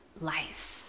life